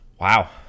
Wow